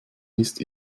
isst